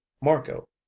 Marco